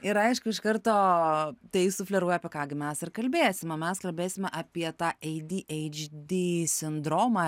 ir aišku iš karto tai sufleruoja apie ką gi mes ir kalbėsim o mes kalbėsime apie tą ei dy eidž dy sindromą